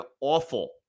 awful